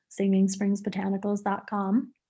singingspringsbotanicals.com